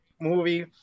movie